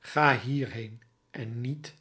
ga hierheen en niet